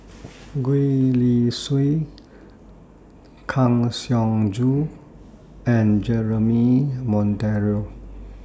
Gwee Li Sui Kang Siong Joo and Jeremy Monteiro